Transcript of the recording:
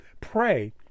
pray